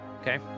Okay